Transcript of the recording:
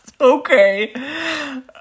Okay